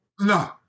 No